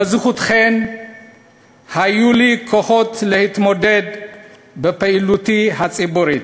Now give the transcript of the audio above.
בזכותכן היו לי כוחות להתמודד בפעילותי הציבורית.